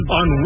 on